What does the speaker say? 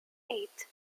eight